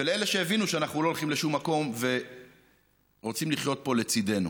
ולאלה שהבינו שאנחנו לא הולכים לשום מקום ורוצים לחיות פה לצידנו.